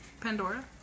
Pandora